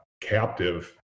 captive